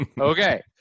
okay